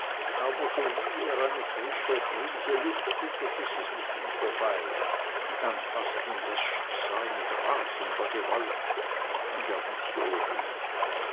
aber sowie er eine prise frische luft wittert ist es mit ihm vorbei dann faßt ihn das schicksal mit rasender gewalt und er muß